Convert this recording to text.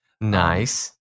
nice